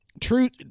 truth